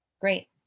great